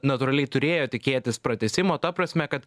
natūraliai turėjo tikėtis pratęsimo ta prasme kad